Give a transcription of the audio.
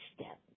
step